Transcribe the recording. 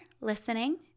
listening